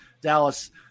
Dallas